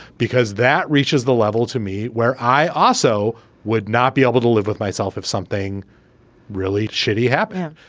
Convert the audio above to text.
because that reaches the level to me where i also would not be able to live with myself if something really shitty happened.